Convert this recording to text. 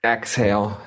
Exhale